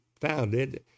founded